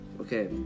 Okay